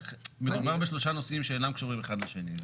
מדובר בשלושה נושאים שאינם קשורים אחד לשני.